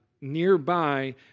nearby